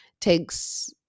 takes